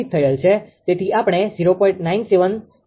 તેથી આપણે 0